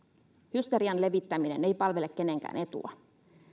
hysterian levittäminen ei palvele kenenkään etua